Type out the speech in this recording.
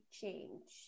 change